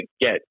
get